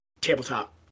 tabletop